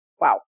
wow